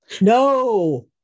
no